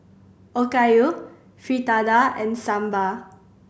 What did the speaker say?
Okayu Fritada and Sambar